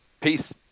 Peace